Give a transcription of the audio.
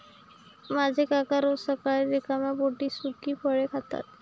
माझे काका रोज सकाळी रिकाम्या पोटी सुकी फळे खातात